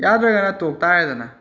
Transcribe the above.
ꯌꯥꯗ꯭ꯔꯒꯅ ꯇꯣꯛꯇꯥꯔꯦꯗꯅ